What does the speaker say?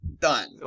done